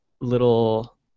little